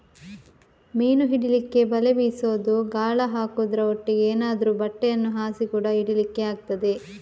ಮೀನು ಹಿಡೀಲಿಕ್ಕೆ ಬಲೆ ಬೀಸುದು, ಗಾಳ ಹಾಕುದ್ರ ಒಟ್ಟಿಗೆ ಏನಾದ್ರೂ ಬಟ್ಟೆಯನ್ನ ಹಾಸಿ ಕೂಡಾ ಹಿಡೀಲಿಕ್ಕೆ ಆಗ್ತದೆ